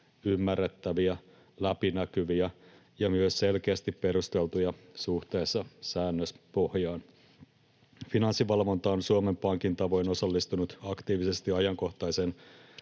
ymmärrettäviä, läpinäkyviä ja myös selkeästi perusteltuja suhteessa säännöspohjaan. Finanssivalvonta on Suomen Pankin tavoin osallistunut aktiivisesti ajankohtaiseen